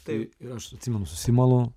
tai ir aš atsimenu susimalu